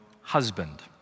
husband